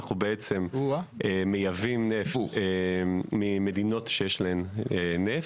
אנחנו מייבאים נפט ממדינות שיש להן נפט.